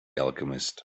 alchemist